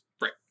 Right